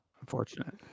Unfortunate